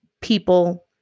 people